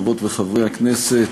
חברות וחברי הכנסת,